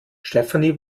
stefanie